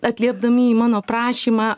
atliepdami į mano prašymą